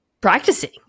practicing